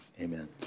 amen